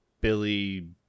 Billy